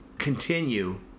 continue